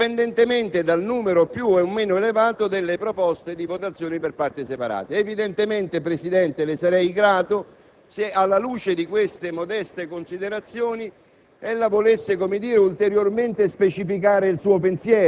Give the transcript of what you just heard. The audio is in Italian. contrario rispetto ad un unica votazione indipendentemente dal numero, più o meno elevato, delle proposte di votazione per parti separate. Signor Presidente, le sarei grato se alla luce di queste modeste considerazioni